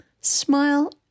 Smile